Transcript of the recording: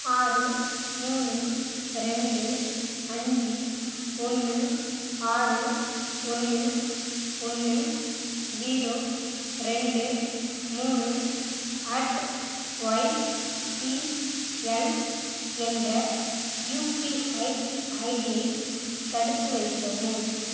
ஆறு மூணு ரெண்டு அஞ்சு ஒன்று ஆறு ஒன்று ஒன்று ஜீரோ ரெண்டு மூணு அட் ஒய்பிஎல் என்ற யுபிஐ ஐடியை தடுத்து வைக்கவும்